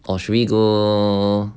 or should we go